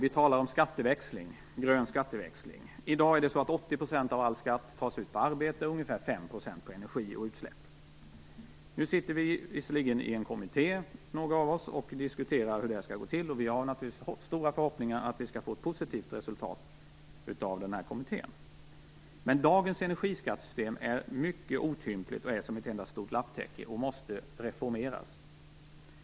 Vi talar om skatteväxling, grön skatteväxling. I dag tas 80 % av all skatt ut på arbete och ungefär 5 % på energi och utsläpp. Nu sitter visserligen några av oss i en kommitté och diskuterar hur detta skall gå till, och vi har naturligtvis stora förhoppningar om ett positivt resultat av kommittén. Men dagens energiskattesystem är mycket otympligt, som ett enda stort lapptäcke, och måste reformeras.